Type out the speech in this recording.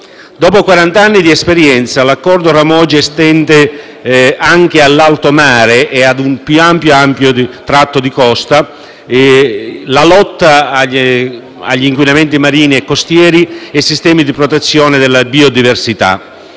Dopo quaranta anni di esperienza l'Accordo RAMOGE estende anche all'alto mare e ad un più ampio tratto di costa, la lotta agli inquinamenti marini e costieri e i sistemi di protezione della biodiversità.